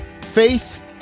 faith